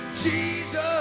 Jesus